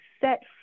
set